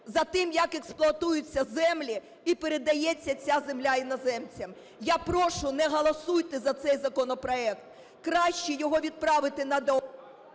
за тим, як експлуатуються землі і передається ця земля іноземцям. Я прошу, не голосуйте за цей законопроект. Краще його відправити на